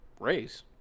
race